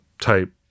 type